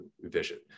vision